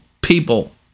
people